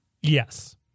Yes